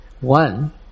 one